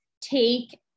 take